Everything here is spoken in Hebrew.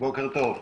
בוקר טוב.